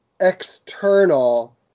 external